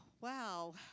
wow